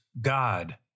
God